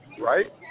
right